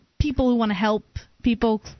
people-who-want-to-help-people